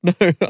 No